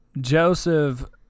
Joseph